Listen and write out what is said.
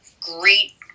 great